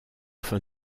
fin